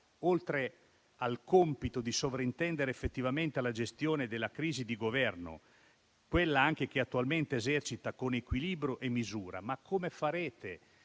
oltre al compito di sovrintendere effettivamente alla gestione della crisi di Governo, quella che pure attualmente esercita con equilibrio e misura: ma come farete